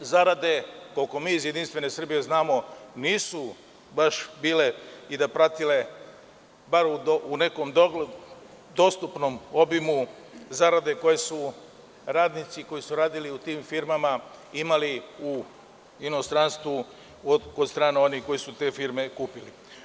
Zarade, koliko mi iz JS znamo nisu baš bile i pratile, bar u nekom dostupnom obimu zarade koje su radnici koji su radili u tim firmama imali u inostranstvu od strane onih koji su te firme kupili.